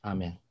Amen